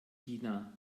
china